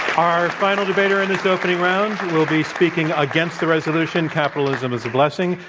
our final debater in this opening round will be speaking against the resolution capitalism is a blessing,